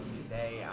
today